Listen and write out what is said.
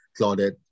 Claudette